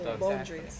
Boundaries